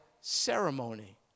ceremony